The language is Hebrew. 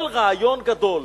כל רעיון גדול,